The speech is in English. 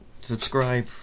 subscribe